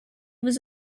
was